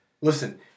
Listen